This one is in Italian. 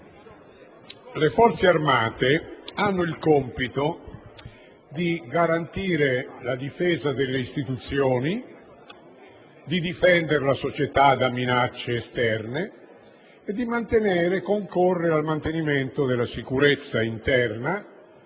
le Forze armate hanno il compito di garantire la difesa delle istituzioni, di difendere la società da minacce esterne e di concorrere al mantenimento della sicurezza interna